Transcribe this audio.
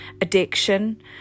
addiction